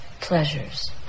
pleasures